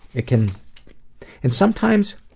it can and sometimes,